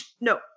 No